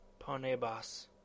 Ponebas